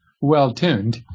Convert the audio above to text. well-tuned